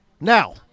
Now